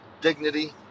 dignity